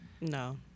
No